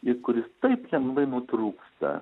ir kuris taip lengvai nutrūksta